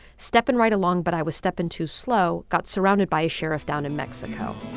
steppin' right along but i was steppin' too slow. got surrounded by a sheriff down in mexico